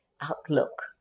outlook